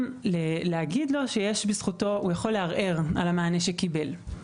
לומר לו שהוא יכול לערער על המענה שקיבל.